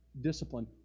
discipline